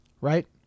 Right